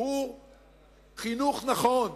הוא חינוך נכון